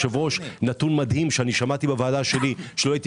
נתון מדהים ששמעתי בוועדה שלי שלא הייתי